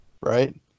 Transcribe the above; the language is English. right